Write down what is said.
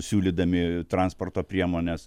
siūlydami transporto priemones